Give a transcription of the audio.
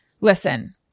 listen